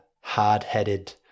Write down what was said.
hard-headed